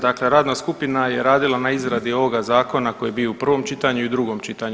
Dakle, radna skupina je radila na izradi ovoga zakona koji je bio u prvom čitanju i u drugom čitanju.